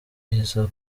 iza